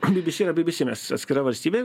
bibisi yra bibisi mes atskira valstybė